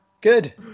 good